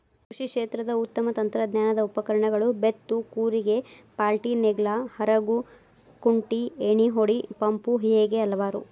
ಕೃಷಿ ಕ್ಷೇತ್ರದ ಉತ್ತಮ ತಂತ್ರಜ್ಞಾನದ ಉಪಕರಣಗಳು ಬೇತ್ತು ಕೂರಿಗೆ ಪಾಲ್ಟಿನೇಗ್ಲಾ ಹರಗು ಕುಂಟಿ ಎಣ್ಣಿಹೊಡಿ ಪಂಪು ಹೇಗೆ ಹಲವಾರು